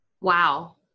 Wow